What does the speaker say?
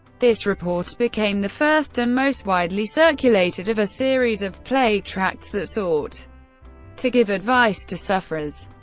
this report became the first and most widely circulated of a series of plague tracts that sought to give advice to sufferers.